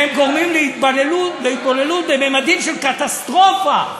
והם גורמים להתבוללות בממדים של קטסטרופה,